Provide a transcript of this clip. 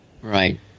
Right